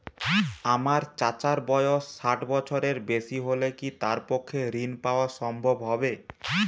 আমার চাচার বয়স ষাট বছরের বেশি হলে কি তার পক্ষে ঋণ পাওয়া সম্ভব হবে?